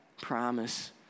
promise